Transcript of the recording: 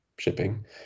shipping